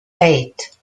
eight